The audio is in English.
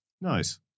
Nice